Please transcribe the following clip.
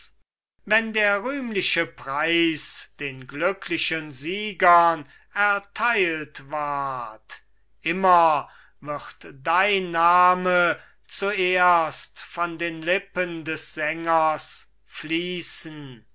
wenn der rühmliche preis den glücklichen siegern erteilt ward immer wird dein name zuerst von den lippen des sängers fließen